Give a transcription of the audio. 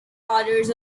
orders